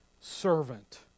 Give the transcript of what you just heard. servant